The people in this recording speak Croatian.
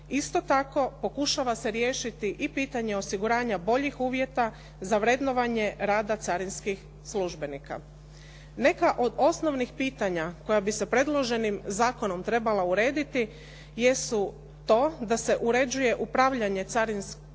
Isto tako pokušava se riješiti i pitanje osiguranja boljih uvjeta za vrednovanje rada carinskih službenika. Neka od osnovanih pitanja koja bi se predloženim zakonom trebala urediti jesu to da se uređuje upravljanje carinskom upravom,